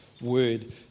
word